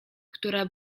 która